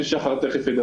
ותכף שחר ידבר,